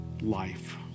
life